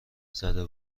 زده